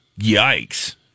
Yikes